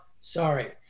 sorry